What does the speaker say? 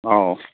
ꯑꯧ